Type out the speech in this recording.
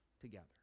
together